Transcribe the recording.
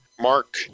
mark